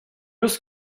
eus